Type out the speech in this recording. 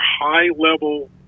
high-level